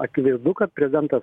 akivaizdu kad prezidentas